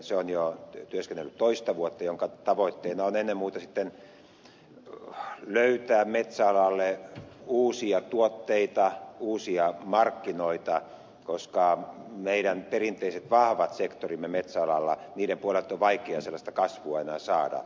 se on jo työskennellyt toista vuotta ja sen tavoitteena on ennen muuta sitten löytää metsäalalle uusia tuotteita uusia markkinoita koska meidän perinteiseltä vahvalta sektoriltamme metsäalalta on vaikea sellaista kasvua enää saada